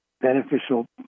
beneficial